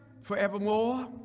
forevermore